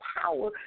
power